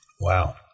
Wow